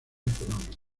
económicas